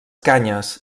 canyes